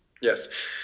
Yes